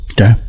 Okay